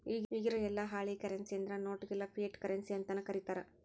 ಇಗಿರೊ ಯೆಲ್ಲಾ ಹಾಳಿ ಕರೆನ್ಸಿ ಅಂದ್ರ ನೋಟ್ ಗೆಲ್ಲಾ ಫಿಯಟ್ ಕರೆನ್ಸಿ ಅಂತನ ಕರೇತಾರ